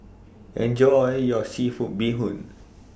Enjoy your Seafood Bee Hoon